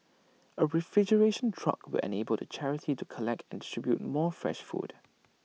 A refrigeration truck will enable the charity to collect and distribute more fresh food